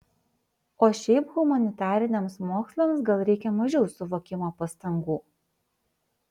o šiaip humanitariniams mokslams gal reikia mažiau suvokimo pastangų